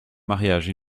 mariage